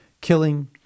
killing